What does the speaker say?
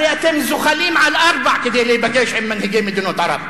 הרי אתם זוחלים על ארבע כדי להיפגש עם מנהיגי מדינות ערב.